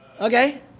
Okay